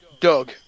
Doug